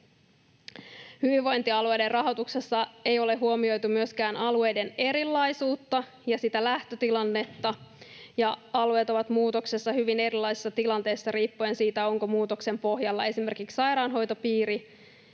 Hyvinvointialueiden rahoituksessa ei ole huomioitu myöskään alueiden erilaisuutta ja sitä lähtötilannetta, ja alueet ovat muutoksessa hyvin erilaisessa tilanteessa riippuen siitä, onko muutoksen pohjalla esimerkiksi sairaanhoitopiiriä